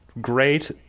great